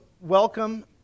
welcome